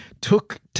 took